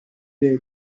est